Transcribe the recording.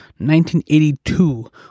1982